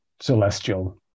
celestial